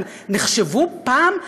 הם נחשבו פעם לאומיים,